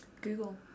Google